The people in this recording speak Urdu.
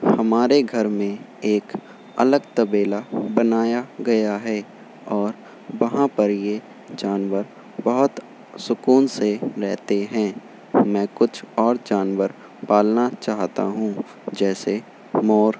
ہمارے گھر میں ایک الگ طبیلہ بنایا گیا ہے اور وہاں پر یہ جانور بہت سکون سے رہتے ہیں میں کچھ اور جانور پالنا چاہتا ہوں جیسے مور